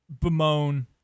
bemoan